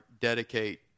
dedicate